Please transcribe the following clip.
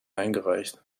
eingereicht